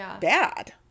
bad